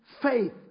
faith